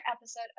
episode